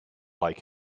like